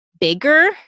bigger